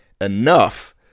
enough